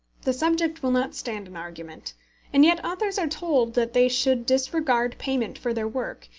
the subject will not stand an argument and yet authors are told that they should disregard payment for their work,